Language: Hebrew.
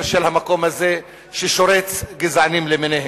של המקום הזה ששורץ גזענים למיניהם.